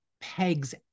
pegs